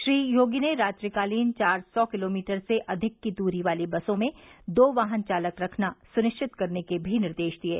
श्री योगी ने रात्रिकालीन चार सौ किलोमीटर से अधिक की दूरी वाली बसों में दो वाहन चालक रखना सुनिश्चित करने के भी निर्देश दिये